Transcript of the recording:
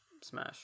smash